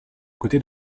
côté